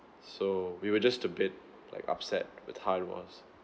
so we were just a bit like upset with how it was